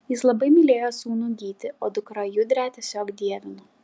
jis labai mylėjo sūnų gytį o dukrą judrę tiesiog dievino